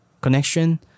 connection